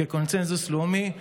כקונסנזוס לאומי,